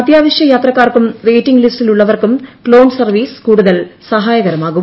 അത്യാവശ്യ യാത്രക്കാർക്കും വെയിറ്റിംഗ് ലിസ്റ്റിൽ ഉള്ളവർക്കും ക്ലോൺ സർവ്വീസ് കൂടുതൽ സഹായകരമാകും